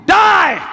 die